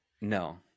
no